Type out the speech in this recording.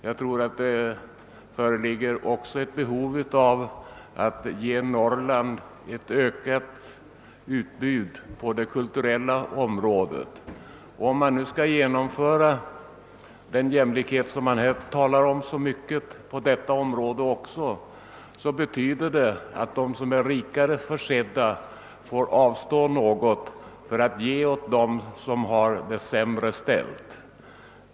Jag tror att det också föreligger ett behov av att ge Norrland ett ökat utbud på det kulturella området. Om man nu skall genomföra den jämlikhet, som man talar om, också på detta område betyder det att de som är rikare försedda får avstå något för att ge åt dem som har det sämre ställt.